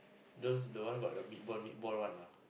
those the one got the meatball meatball one ah